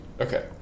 Okay